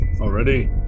already